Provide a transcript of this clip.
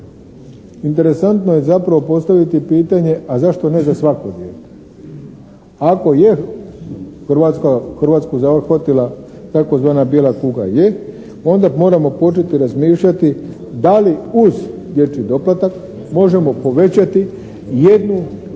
interesantno je zapravo postaviti pitanje a zašto ne za svako dijete? Ako je Hrvatsku zahvatila tzv. "bijela kuga" je, onda moramo početi razmišljati da li uz dječji doplatak možemo povećati jednokratnu